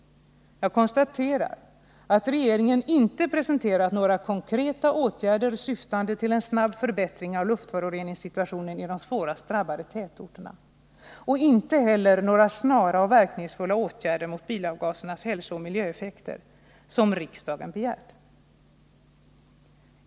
Jag konstaterar att regeringen inte presenterat några ”konkreta åtgärder syftande till en snabb förbättring av luftföroreningssituationen i de svårast drabbade tätorterna” och inte heller några sådana ”snara och verkningsfulla åtgärder mot bilavgasers hälsooch miljöeffekt” som riksdagen begärt.